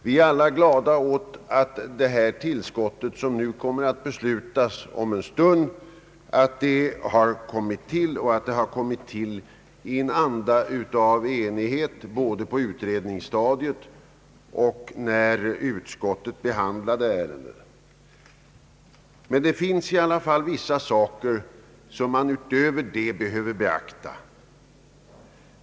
Vi är alla glada åt det tillskott som om en stund kommer att beslutas. Det har också tillkommit i en anda av enighet både på utredningsstadiet och när utskottet behandlade ärendet. Men det finns i alla fall vissa ting som utöver detta behöver beaktas.